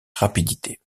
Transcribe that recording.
rapidité